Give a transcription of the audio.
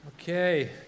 Okay